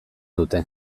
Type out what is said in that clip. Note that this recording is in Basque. dute